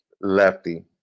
lefty